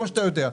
כפי שאתה יודע.